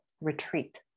retreat